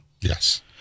Yes